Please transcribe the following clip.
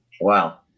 Wow